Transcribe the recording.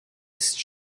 ist